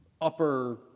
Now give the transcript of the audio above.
upper